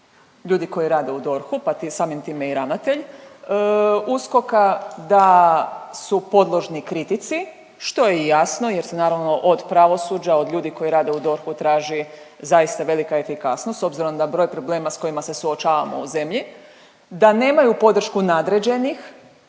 ljudi koji rade u DORH-u, pa samim time i ravnatelj USKOK-a da su podložni kritici što je i jasno jer se naravno od pravosuđa, od ljudi koji rade u DORH-u traži zaista velika efikasnost s obzirom da broj problema sa kojima se suočavamo u zemlji da nemaju podršku nadređenih